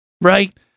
right